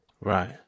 Right